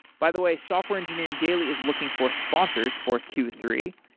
by the way, software engineering daily is looking for sponsors for q three.